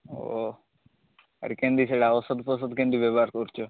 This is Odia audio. ଓଃ କେମିତି ହେଲା ଓଷଦ୍ ଫୋସଦ୍ କେମିତି ବ୍ୟବହାର କରୁଛ